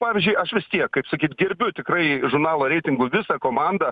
pavyzdžiui aš vis tiek kaip sakyt gerbiu tikrai žurnalo reitingų visą komandą